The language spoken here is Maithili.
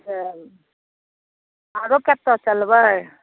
आओर कतऽ चलबै